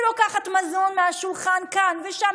היא לוקחת מזון מהשולחן כאן ושם.